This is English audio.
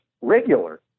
regular